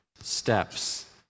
steps